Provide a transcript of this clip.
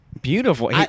Beautiful